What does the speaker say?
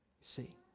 See